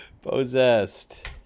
Possessed